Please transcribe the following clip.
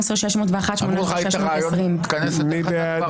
18,341 עד 18,360. מי בעד?